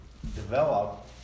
develop